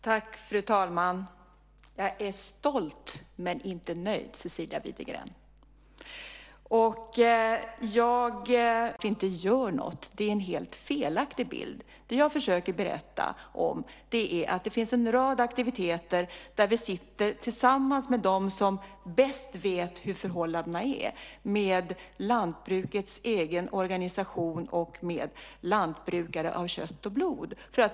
Fru talman! Det är en helt felaktig bild av att vi inte gör något. Det jag försöker berätta om är att det finns en rad aktiviteter där vi, för att diskutera vilka åtgärder som behöver vidtas, sitter tillsammans med dem som bäst vet hur förhållandena är, alltså med lantbrukets egen organisation och med lantbrukare av kött och blod.